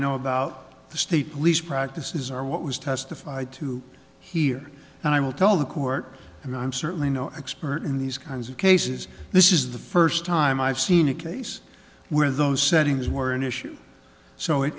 know about the state police practices are what was testified to here and i will tell the court and i'm certainly no expert in these kinds of cases this is the first time i've seen a case where those settings were an issue so it